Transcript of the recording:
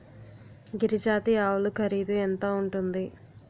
గిరి జాతి ఆవులు ఖరీదు ఎంత ఉంటుంది?